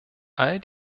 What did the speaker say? all